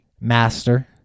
master